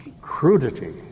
crudity